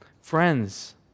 Friends